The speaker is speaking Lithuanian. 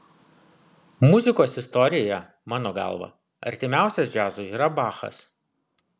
muzikos istorijoje mano galva artimiausias džiazui yra bachas